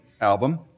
album